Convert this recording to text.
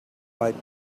might